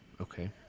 Okay